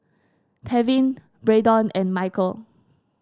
Tevin Braedon and Michel